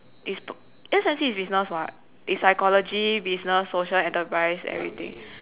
is p~ S_M_C is business [what] is psychology business social enterprise everything